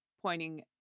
pointing